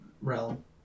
realm